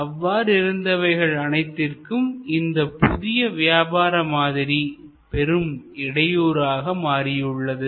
அவ்வாறு இருந்தவைகள் அனைத்திற்கும் இந்த புதிய வியாபார மாதிரி பெரும் இடையூறாக மாறியுள்ளது